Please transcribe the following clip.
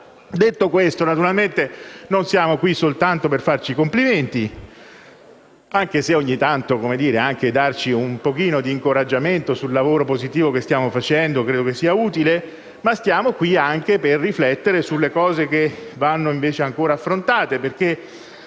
Detto ciò, non siamo qui soltanto per farci i complimenti - anche se ogni tanto darci un po' di incoraggiamento sul lavoro positivo che stiamo svolgendo credo che sia utile - ma siamo qui anche per riflettere sulle cose che vanno ancora affrontate.